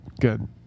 Good